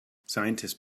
scientists